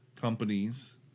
companies